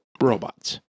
robots